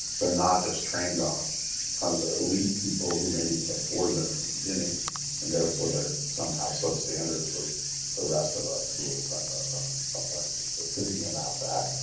they're not just trained on kind of the elite people who maybe could afford them at the beginning and therefore they're somehow substandard for the rest of us who are trying to apply them. so thinking about that.